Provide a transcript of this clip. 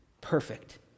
Perfect